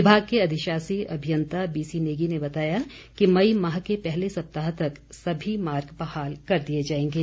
विभाग के अधिशाषी अभियंता बीसी नेगी ने बताया कि मई माह के पहले सप्ताह तक सभी मार्ग बहाल कर दिए जाएंगे